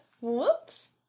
Whoops